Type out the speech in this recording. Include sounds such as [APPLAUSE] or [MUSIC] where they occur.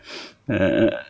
[BREATH] uh